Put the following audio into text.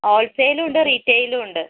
ഹോൾസെയിലുമുണ്ട് റീറ്റേയിലുമുണ്ട്